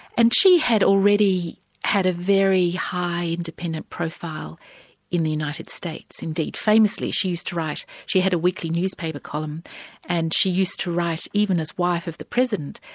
and she had already had a very high independent profile in the united states, indeed famously she used to write she had a weekly newspaper column and she used to write, even as wife of the president,